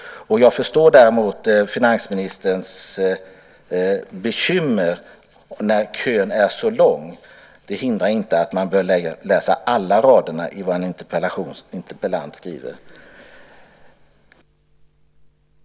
Däremot förstår jag finansministerns bekymmer när kön är så lång. Men det hindrar inte att man - det bör man göra - läser alla raderna i en interpellation.